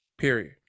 period